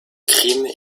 crime